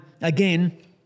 again